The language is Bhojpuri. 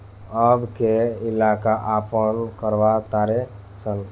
अब के लइका आपन करवा तारे सन